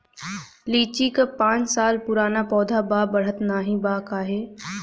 लीची क पांच साल पुराना पौधा बा बढ़त नाहीं बा काहे?